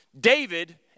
David